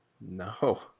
No